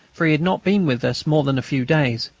for he had not been with us more than a few days.